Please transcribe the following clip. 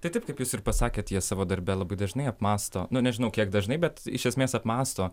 tai taip kaip jūs ir pasakėt jie savo darbe labai dažnai apmąsto na nežinau kiek dažnai bet iš esmės apmąsto